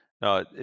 No